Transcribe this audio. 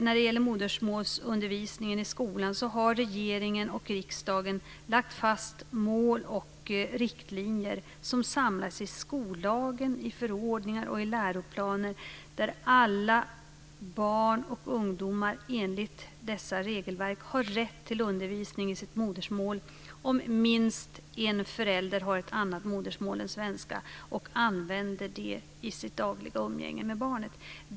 När det gäller modersmålsundervisningen i skolan har regeringen och riksdagen lagt fast mål och riktlinjer som samlas i skollagen, i förordningar och i läroplaner. Alla barn och ungdomar har enligt dessa regelverk rätt till undervisning i sitt modersmål om minst en förälder har ett annat modersmål än svenska och använder det i sitt dagliga umgänge med barnet.